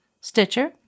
Stitcher